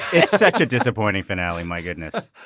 that's such a disappointing finale my goodness.